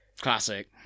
Classic